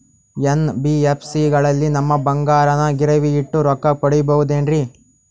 NBFC ಗಳಲ್ಲಿ ನಮ್ಮ ಬಂಗಾರನ ಗಿರಿವಿ ಇಟ್ಟು ರೊಕ್ಕ ಪಡೆಯಬಹುದೇನ್ರಿ?